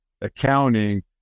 accounting